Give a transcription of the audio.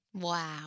Wow